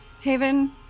Haven